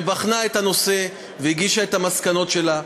שבחנה את הנושא והגישה את המסקנות שלה.